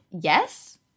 Yes